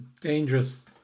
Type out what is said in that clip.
dangerous